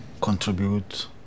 contribute